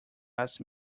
ask